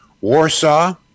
Warsaw